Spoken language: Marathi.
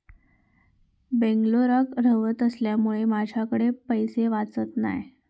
बेंगलोराक रव्हत असल्यामुळें माझ्याकडे पैशे वाचत नाय